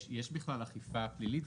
יש בכלל אכיפה פלילית?